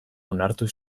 onartu